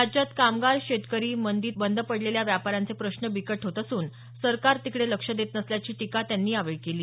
राज्याते कामगार शेतकरी मंदीत बंद पडलेल्या व्यापाऱ्यांचे प्रश्न बिकट होत असून सरकार तिकडे लक्ष देत नसल्याची टीका त्यांनी यावेळी केली